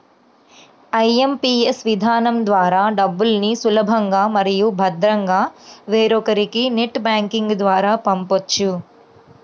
IMPS విధానం ద్వారా డబ్బుల్ని సులభంగా మరియు భద్రంగా వేరొకరికి నెట్ బ్యాంకింగ్ ద్వారా పంపొచ్చు